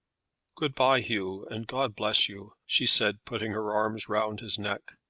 good-by, hugh and god bless you, she said, putting her arms round his neck.